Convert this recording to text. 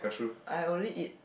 I only eat